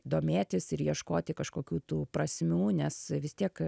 domėtis ir ieškoti kažkokių tų prasmių nes vis tiek